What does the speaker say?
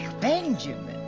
Benjamin